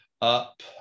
up